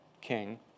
king